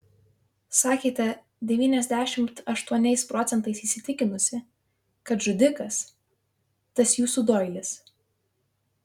sakėte devyniasdešimt aštuoniais procentais įsitikinusi kad žudikas tas jūsų doilis